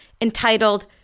entitled